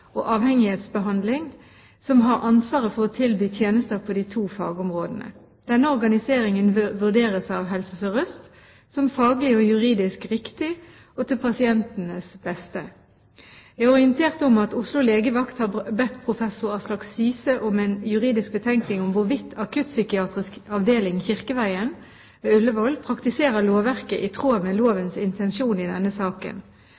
og avhengighetsbehandling, som har ansvaret for å tilby tjenester på disse to fagområdene. Denne organiseringen vurderes av Helse Sør-Øst som faglig og juridisk riktig og til pasientenes beste. Jeg er orientert om at Oslo legevakt har bedt professor Aslak Syse om en juridisk betenkning om hvorvidt akuttpsykiatrisk avdeling i Kirkeveien, Ullevål, praktiserer lovverket i tråd med lovens intensjon i denne saken.